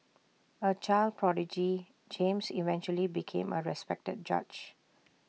A child prodigy James eventually became A respected judge